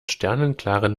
sternenklaren